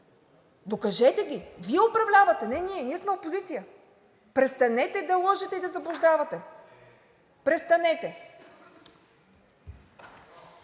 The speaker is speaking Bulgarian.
докажете ги. Вие управлявате, а не ние – ние сме опозиция. Престанете да лъжете и да заблуждавате! Престанете!